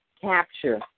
capture